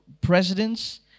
presidents